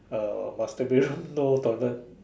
uh master bedroom no toilet